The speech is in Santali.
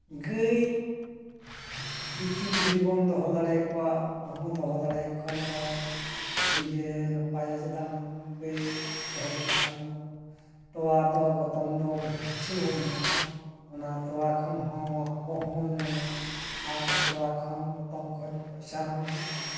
ᱜᱟᱹᱭ ᱵᱤᱛᱠᱤᱞ ᱡᱩᱫᱤ ᱵᱚᱱ ᱫᱚᱦᱚ ᱫᱟᱲᱮᱭᱟᱠᱚᱣᱟ ᱩᱱᱠᱩ ᱦᱚᱸ ᱫᱚᱦᱚ ᱫᱟᱲᱮᱭᱟᱠᱚ ᱠᱷᱟᱱ ᱫᱚ ᱟᱹᱰᱤ ᱜᱮ ᱱᱟᱯᱟᱭᱟ ᱪᱮᱫᱟᱜ ᱱᱚ ᱜᱟᱹᱭ ᱫᱚᱦᱚ ᱞᱮᱠᱚ ᱠᱷᱟᱱ ᱫᱚ ᱛᱚᱣᱟ ᱫᱚ ᱜᱚᱛᱚᱢ ᱫᱚ ᱵᱚᱦᱩᱛ ᱠᱤᱪᱷᱩ ᱵᱚᱱ ᱧᱟᱢᱟ ᱚᱱᱟ ᱛᱚᱣᱟ ᱠᱷᱚᱱ ᱦᱚᱸ ᱟᱵᱚ ᱠᱚᱦᱚᱸ ᱵᱚᱱ ᱡᱚᱢᱟ ᱟᱨ ᱛᱚᱣᱟ ᱠᱷᱚᱱ ᱜᱚᱛᱚᱢ ᱠᱷᱚᱱ ᱯᱚᱭᱥᱟ ᱦᱚᱸ ᱦᱩᱭᱩᱜ ᱛᱟᱵᱚᱱᱟ